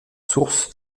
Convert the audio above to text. source